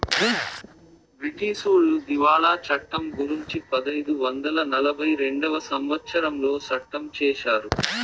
బ్రిటీసోళ్లు దివాళా చట్టం గురుంచి పదైదు వందల నలభై రెండవ సంవచ్చరంలో సట్టం చేశారు